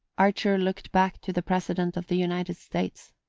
archer looked back to the president of the united states,